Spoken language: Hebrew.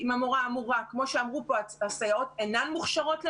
אמרו פה שהסייעות אינן מוכשרות ללמד.